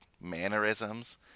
mannerisms